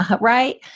Right